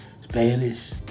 Spanish